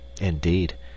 Indeed